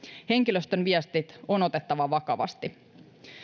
henkilöstön viestit on otettava vakavasti